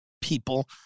people